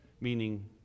meaning